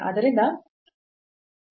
ಆದ್ದರಿಂದ cos 1 over square root delta y